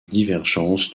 divergences